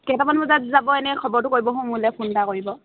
কেইটামান বজাত যাব এনেই খবৰটো কৰিবছোন মোলে ফোন এটা কৰিব